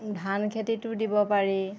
ধান খেতিটো দিব পাৰি